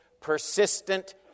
persistent